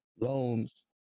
loans